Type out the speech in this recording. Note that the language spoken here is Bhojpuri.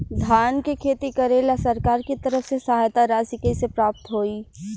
धान के खेती करेला सरकार के तरफ से सहायता राशि कइसे प्राप्त होइ?